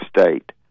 State